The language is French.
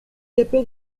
capé